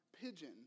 pigeon